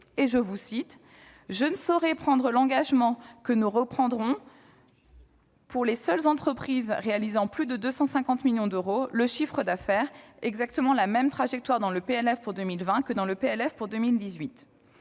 avez déclaré :« Je ne saurais prendre l'engagement que nous reprendrons, pour les seules entreprises réalisant plus de 250 millions d'euros de chiffre d'affaires, exactement la même trajectoire dans le PLF pour 2020 que dans le PLF pour 2018.